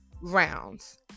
rounds